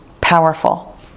powerful